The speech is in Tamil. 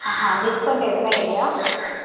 ஆ டிஸ்க்கௌண்ட் எதுவுமே இல்லையா